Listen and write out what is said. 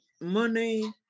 money